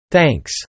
Thanks